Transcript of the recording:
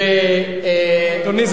אדוני,